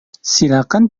silakan